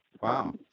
Wow